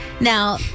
Now